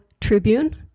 Tribune